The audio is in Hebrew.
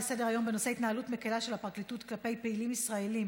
התנהלות מקילה של הפרקליטות כלפי פעילים ישראלים